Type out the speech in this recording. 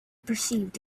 perceived